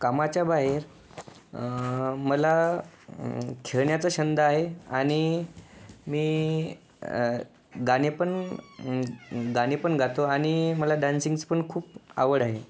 कामाच्या बाहेर मला खेळण्याचा छंद आहे आणि मी गाणे पण गाणे पण गातो आणि मला डान्सिंगचं पण खूप आवड आहे